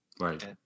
right